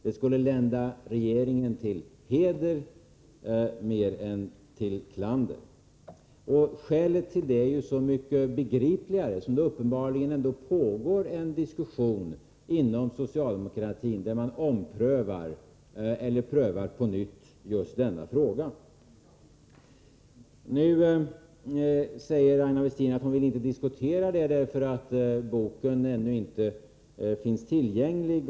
Detta skulle lända regeringen till heder mer än till klander. Skälet härtill är så mycket begripligare, eftersom det uppenbarligen ändå pågår en diskussion inom socialdemokratin, där just denna fråga prövas på nytt. Nu säger Aina Westin att hon inte vill diskutera saken, eftersom boken än så länge inte finns tillgänglig.